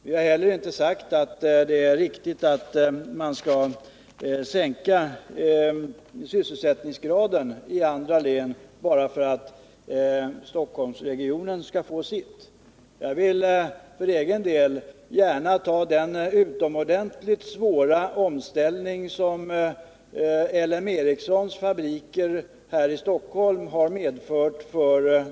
Vi har inte heller sagt att det är riktigt att sänka sysselsättningsgraden i andra län bara för att Stockholmsregionen skall få sitt. För egen del vill jag gärna ta upp den utomordentligt svåra omställning som L M Ericssons fabriker här i Stockholm har genomfört.